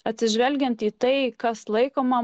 atsižvelgiant į tai kas laikoma